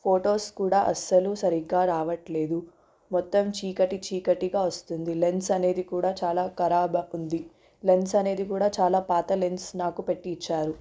photos కూడా అసలు సరిగా రావట్లేదు మొత్తం చీకటి చీకటిగా వస్తుంది లెన్స్ అనేది కూడా చాలా కరాబు అవుతుంది లెన్స్ అనేది కూడా చాలా పాత లెన్స్ నాకు పెట్టి ఇచ్చారు